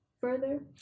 further